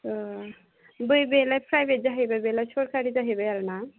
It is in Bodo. बै बेलाय प्राइभेट जाहैबाय बेलाय सरखारि जाहैबाय आरो ना